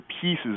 pieces